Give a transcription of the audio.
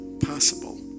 possible